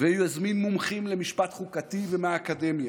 הוא יזמין מומחים למשפט חוקתי מהאקדמיה